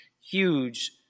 huge